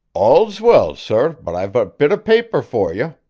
all's well, sor, but i've a bit of paper for ye.